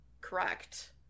correct